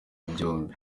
byombi